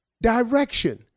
direction